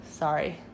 sorry